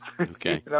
Okay